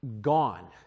gone